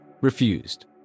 refused